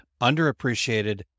underappreciated